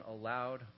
allowed